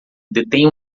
detém